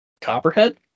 copperhead